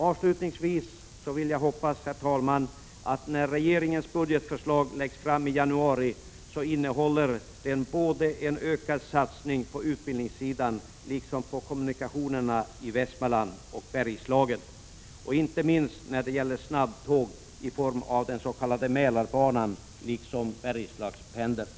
Avslutningsvis hoppas jag, att när regeringens budgetförslag läggs fram i januari, innehåller det en ökad satsning både på utbildningssidan och på kommunikationerna i Västmanland och Bergslagen — inte minst när det gäller snabbtåg i form av den s.k. Mälarbanan liksom Bergslagspendeln.